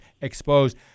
exposed